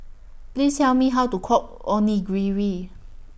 Please Tell Me How to Cook Onigiri